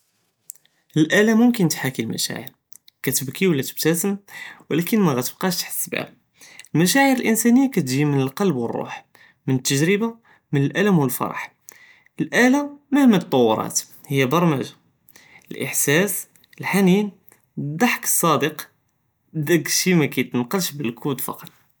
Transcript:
אלאלה מומכנת תחאכי אלמשאעיר, קטבקי וולה תבסתם, ולקין מאכתבקש תחס ביהא, אלמשאעיר אלאנסאניה קטג'י מן אללבב ו אררוח, מן אלתג'רבה, מן אלאלם ו אלפרח, אלאלה מאמה תטוארת היא ברמג'ה, אלאהסאס, אלחנין, אד'חכ אססאדק, דאק אלשי מא ינקאש בלקוד פקעט.